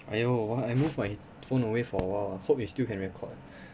!aiyo! why I move my phone away for a while hope it still can record